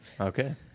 okay